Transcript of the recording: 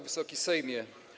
Wysoki Sejmie!